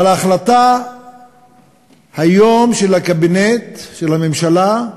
ההחלטה היום של הקבינט, של הממשלה,